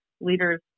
leaders